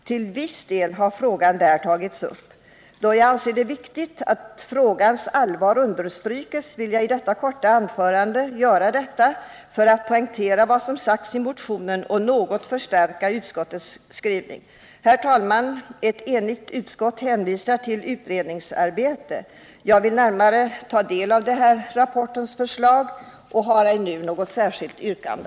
Till viss del har frågan tagits upp där. Då jag anser det viktigt att frågans allvar understryks vill jag i detta korta anförande göra detta, för att poängtera vad som sagts i motionen och något förstärka utskottets skrivning. Herr talman! Ett enigt utskott hänvisar till pågående utredningsarbete. Jag har ej nu något särskilt yrkande.